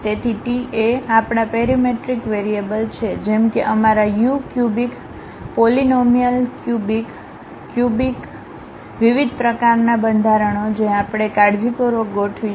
તેથી ટી એ આપણા પેરામેટ્રિક વેરિયેબલ છે જેમ કે અમારા U cubic polynomial cubic cubic cubic વિવિધ પ્રકારના બંધારણો જે આપણે કાળજીપૂર્વક ગોઠવીશું